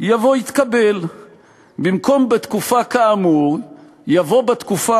יבוא "התקבל",/ במקום "בתקופה כאמור" יבוא "בתקופה